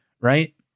Right